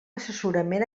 assessorament